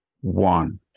one